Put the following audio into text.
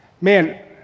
man